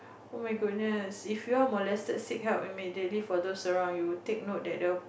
oh-my-goodness if you're molested seek help immediately from those around you take note that there will